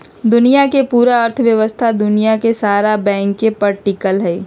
दुनिया के पूरा अर्थव्यवस्था दुनिया के सारा बैंके पर टिकल हई